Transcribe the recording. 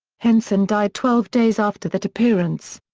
henson died twelve days after that appearance.